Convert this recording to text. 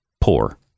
poor